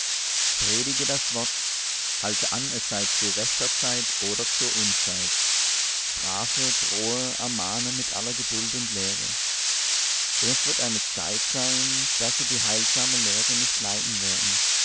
predige das wort halte an es sei zu rechter zeit oder zur unzeit strafe drohe ermahne mit aller geduld und lehre denn es wird eine zeit sein da sie die heilsame lehre nicht leiden werden